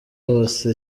hose